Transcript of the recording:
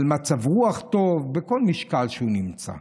על מצב רוח טוב, בכל משקל שהוא נמצא.